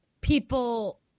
people